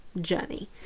journey